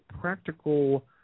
Practical